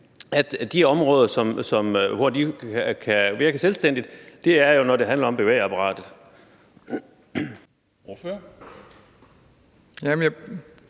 De områder, hvor de kan virke selvstændigt, er jo, når det handler om bevægeapparatet.